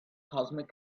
cosmic